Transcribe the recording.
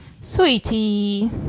Sweetie